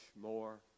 more